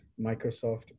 Microsoft